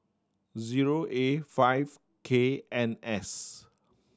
zero A five K N S